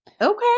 okay